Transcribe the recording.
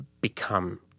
become